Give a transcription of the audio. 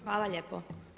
Hvala lijepo.